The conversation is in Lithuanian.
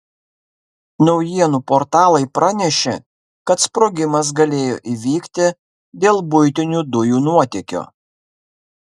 naujienų portalai pranešė kad sprogimas galėjo įvykti dėl buitinių dujų nuotėkio